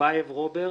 טיבייב רוברט